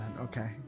Okay